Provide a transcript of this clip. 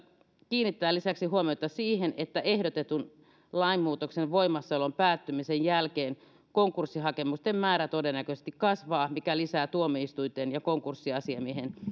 kiinnittää lisäksi huomiota siihen että ehdotetun lainmuutoksen voimassaolon päättymisen jälkeen konkurssihakemusten määrä todennäköisesti kasvaa mikä lisää tuomioistuinten ja konkurssiasiamiehen